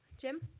Jim